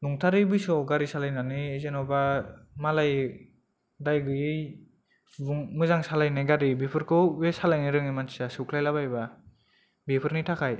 नंथारै बैसोआव गारि सालायनानै जेन'बा मालाय दाय गैयै सुबुं मोजां सालायनाय गारि बेफोरखौ बे सालायनो रोंयै मानसिया सौख्लायलाबायबा